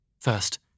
First